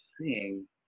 seeing